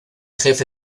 jefe